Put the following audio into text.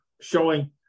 showing